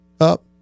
up